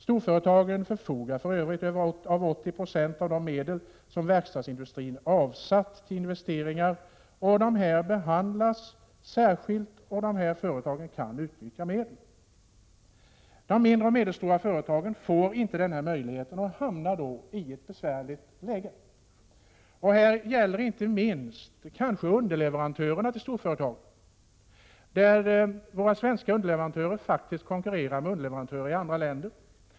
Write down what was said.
Storföretagen förfogar för övrigt över 80 96 av de medel som verkstadsindustrin avsatt till investeringar. De stora företagen behandlas särskilt och kan därför utnyttja medlen. De mindre och medelstora företagen får inte den här möjligheten och hamnar i ett besvärligt läge. Detta gäller inte minst underleverantörerna till storföretagen. Våra svenska underleverantörer konkurrerar faktiskt med underleverantörer i andra länder.